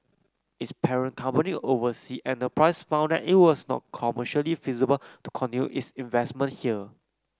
its parent company Oversea Enterprise found that it was not commercially feasible to continue its investment here